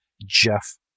Jeff